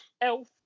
Elf